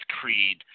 Creed